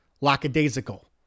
lackadaisical